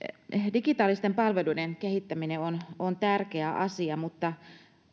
digitaalisten palveluiden kehittäminen on tärkeä asia mutta